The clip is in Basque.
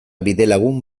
bidelagun